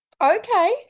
Okay